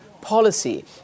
policy